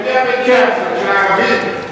של מי המדינה הזאת, של הערבים?